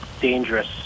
dangerous